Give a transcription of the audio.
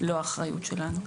לא באחריות שלנו.